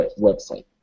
website